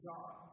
God